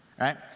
right